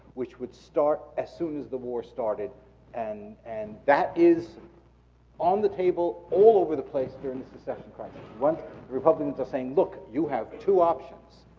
which would start as soon as the war started and and that is on the table all over the place during the secession crisis. the republicans are saying, look, you have two options,